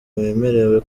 wemerewe